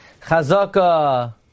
chazaka